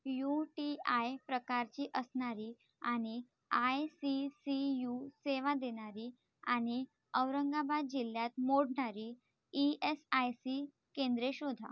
you T I प्रकारची असणारी आणि आय सी सी यू सेवा देणारी आणि औरंगाबाद जिल्ह्यात मोडणारी ई एस आय सी केंद्रे शोधा